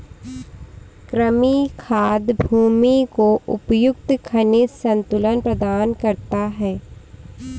कृमि खाद भूमि को उपयुक्त खनिज संतुलन प्रदान करता है